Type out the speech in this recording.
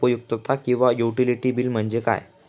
उपयुक्तता किंवा utility bill म्हणजे काय?